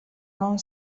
non